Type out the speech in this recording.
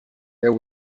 there